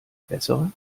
bessere